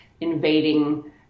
invading